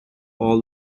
all